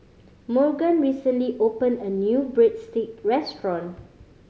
Morgan recently opened a new Breadstick restaurant